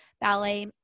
ballet